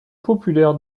populaire